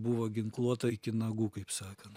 buvo ginkluota iki nagų kaip sakan